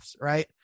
right